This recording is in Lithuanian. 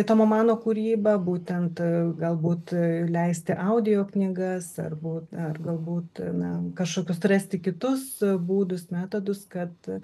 tomo mano kūrybą būtent galbūt leisti audio knygas ar būt ar galbūt na kažkokius rasti kitus būdus metodus kad